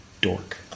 dork